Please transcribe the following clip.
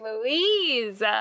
Louise